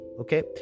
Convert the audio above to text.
Okay